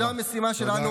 זו המשימה שלנו.